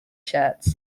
shirts